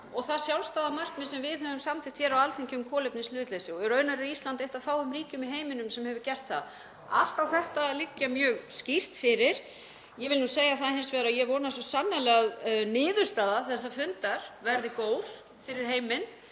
og það sjálfstæða markmið sem við höfum samþykkt hér á Alþingi um kolefnishlutleysi og raunar er Ísland eitt af fáum ríkjum í heiminum sem hefur gert það. Allt á þetta að liggja mjög skýrt fyrir. Ég vil segja það hins vegar að ég vona svo sannarlega að niðurstaða þessa fundar verði góð fyrir heiminn